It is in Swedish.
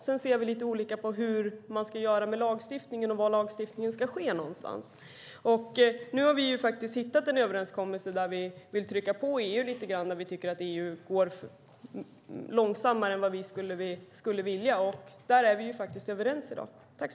Sedan ser vi lite olika på hur man ska göra med lagstiftningen och var lagstiftningen ska ske någonstans. Nu har vi faktiskt hittat en överenskommelse där vi vill trycka på EU lite grann, eftersom vi tycker att EU går långsammare fram än vi skulle vilja. Där är vi i dag överens.